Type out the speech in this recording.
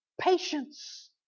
patience